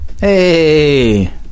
hey